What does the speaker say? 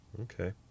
Okay